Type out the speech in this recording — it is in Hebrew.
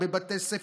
הם בבתי ספר,